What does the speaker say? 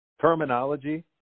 Terminology